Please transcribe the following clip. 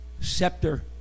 Scepter